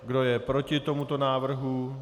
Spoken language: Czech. Kdo je proti tomuto návrhu?